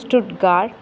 Stuttgart